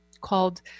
called